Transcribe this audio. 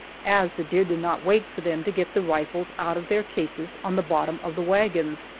as the deer did not wait for them to get the rifles out of their cases on the bottom of the wagons.